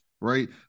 right